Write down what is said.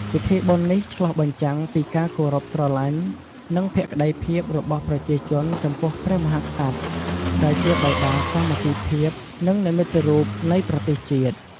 ពិធីបុណ្យនេះឆ្លុះបញ្ចាំងពីការគោរពស្រឡាញ់ និងភក្ដីភាពរបស់ប្រជាជនចំពោះព្រះមហាក្សត្រ ដែលជាបិតាសាមគ្គីភាព និងនិមិត្តរូបនៃប្រទេសជាតិ។